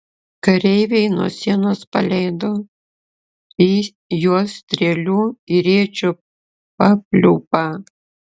kareiviai nuo sienos paleido į juos strėlių ir iečių papliūpą